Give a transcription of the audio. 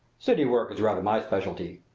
city work is rather my specialty.